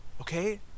okay